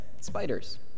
spiders